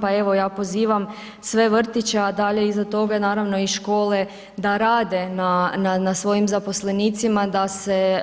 Pa evo, ja pozivam sve vrtiće, a dalje iza toga naravno i škole da rade na svojim zaposlenicima, da se